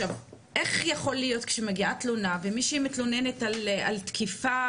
איך יכול להיות כשמגיעה תלונה ומישהי מתלוננת על תקיפה,